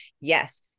yes